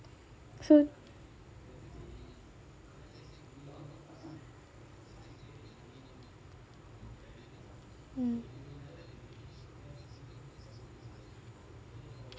so mm